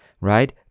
right